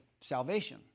salvation